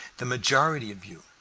the majority of you,